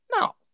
No